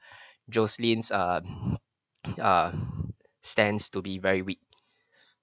jocelyne's uh uh stance to be very weak